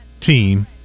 team